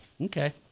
Okay